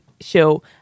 show